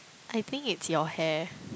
I think it's your hair